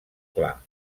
clar